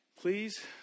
Please